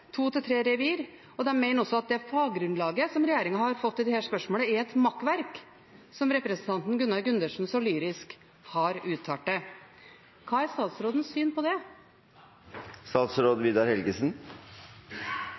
revir, og de mener også at det faggrunnlaget som regjeringen har fått i dette spørsmålet, er «et makkverk», som representanten Gunnar Gundersen så lyrisk har uttalt. Har statsråden syn på det?